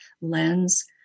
lens